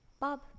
Bob